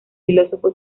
filósofo